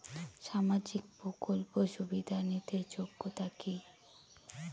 সামাজিক প্রকল্প সুবিধা নিতে যোগ্যতা কি?